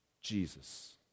Jesus